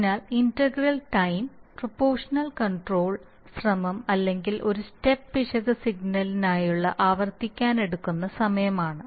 അതിനാൽ integral time proportional control ശ്രമം അല്ലെങ്കിൽ ഒരു സ്റ്റെപ്പ് പിശക് സിഗ്നലിനായുള്ള ആവർത്തിക്കാൻ എടുക്കുന്ന സമയമാണ്